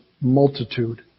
multitude